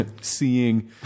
seeing